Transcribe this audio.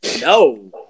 No